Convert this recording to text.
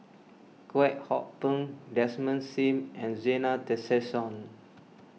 Kwek Hong Png Desmond Sim and Zena Tessensohn